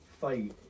fight